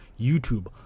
YouTube